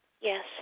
Yes